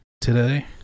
today